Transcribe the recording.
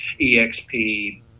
EXP